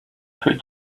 put